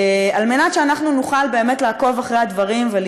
בני-אדם, מה שאנחנו מסוגלים לסבול ולהשלים אתו.